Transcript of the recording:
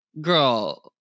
Girl